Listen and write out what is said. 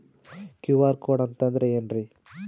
QR code ಅಂತಂದ್ರ ಏನ್ರೀ?